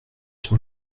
sur